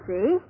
See